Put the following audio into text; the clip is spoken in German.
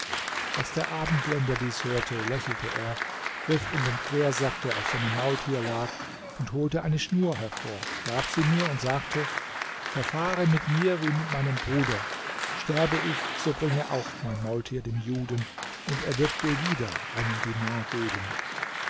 als der abendländer dies hörte lächelte er griff in den quersack der auf seinem maultier lag und holte eine schnur hervor gab sie mir und sagte verfahre mit mir wie mit meinem bruder sterbe ich so bringe auch mein maultier dem juden und er wird dir wieder einen dinar geben